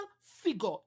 figure